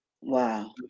Wow